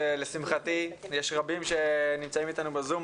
לשמחתי יש רבים שנמצאים איתנו בזום,